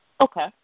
Okay